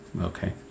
Okay